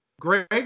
Greg